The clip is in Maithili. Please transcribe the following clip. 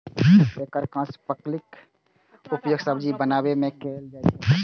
एकर कांच फलीक उपयोग सब्जी बनबै मे कैल जाइ छै